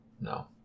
No